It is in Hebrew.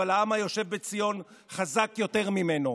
אבל העם היושב בציון חזק יותר ממנו,